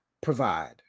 provide